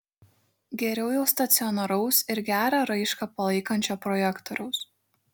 geriau jau stacionaraus ir gerą raišką palaikančio projektoriaus